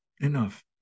enough